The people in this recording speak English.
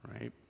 right